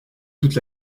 toute